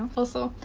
also,